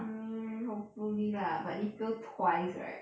um hopefully lah but 你 fail twice right